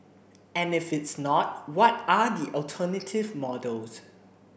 and if it's not what are the alternative models